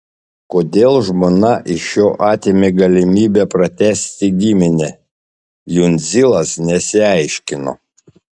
kodėl žmona iš jo atėmė galimybę pratęsti giminę jundzilas nesiaiškino